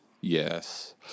Yes